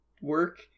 work